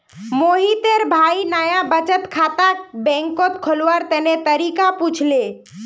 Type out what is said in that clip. मोहितेर भाई नाया बचत खाता बैंकत खोलवार तने तरीका पुछले